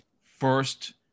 first